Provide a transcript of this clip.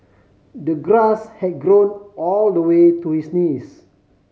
the grass had grown all the way to his knees